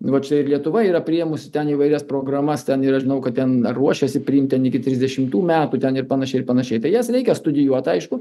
vat štai ir lietuva yra priėmusi ten įvairias programas ten ir aš žinau kad ten ar ruošiasi priimt ten iki trisdešimtų metų ten ir panašiai ir panašiai tai jas reikia studijuot aišku